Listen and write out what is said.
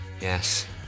Yes